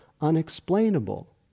unexplainable